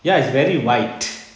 ya it's very white